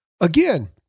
Again